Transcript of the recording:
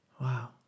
Wow